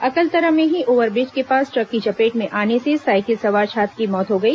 अकलतरा में ही ओव्हरबिज के पास ट्रक की चपेट में आने साइकिल सवार छात्र की मौत हो गई